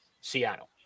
Seattle